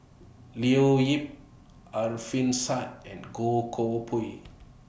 Leo Yip Alfian Sa'at and Goh Koh Pui